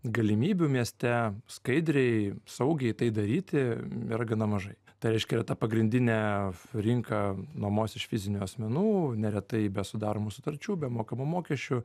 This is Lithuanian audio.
galimybių mieste skaidriai saugiai tai daryti yra gana mažai tai reiškia ta pagrindinė rinka nuomos iš fizinių asmenų neretai be sudaromų sutarčių be mokamų mokesčių